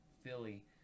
philly